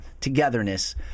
togetherness